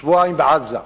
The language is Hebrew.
שבועיים בעזה.